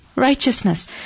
Righteousness